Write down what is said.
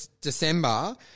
December